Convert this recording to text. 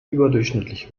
überdurchschnittlich